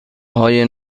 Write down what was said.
های